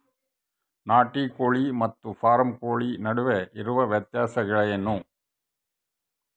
ನಾಟಿ ಕೋಳಿ ಮತ್ತು ಫಾರಂ ಕೋಳಿ ನಡುವೆ ಇರುವ ವ್ಯತ್ಯಾಸಗಳೇನು?